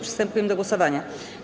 Przystępujemy do głosowania.